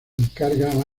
encargaba